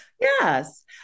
Yes